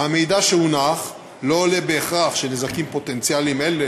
מהמידע שהונח לא עולה בהכרח שנזקים פוטנציאליים אלה